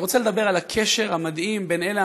אני רוצה לדבר על הקשר המדהים בין אלה